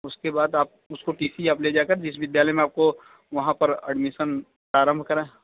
उसके बाद आप उसको टी सी आप ले जाकर जिस विद्यालय मैं आपको वहाँ पर एडमिशन प्रारंभ करें